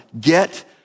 get